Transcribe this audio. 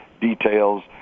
details